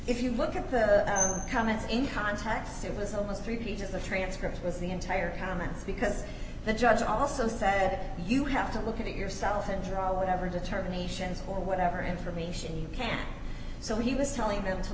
if you look at the comments in context it was almost three pages the transcript was the entire comments because the judge also said you have to look at it yourself and draw whatever determinations or whatever information you can so he was telling them to